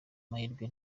mahirwe